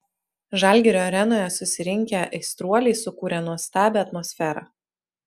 žalgirio arenoje susirinkę aistruoliai sukūrė nuostabią atmosferą